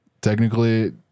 Technically